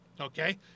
Okay